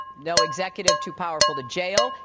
no executive too powerful to jail,